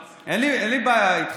אבל --- אין לי בעיה איתך,